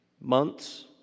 Months